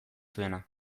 zuena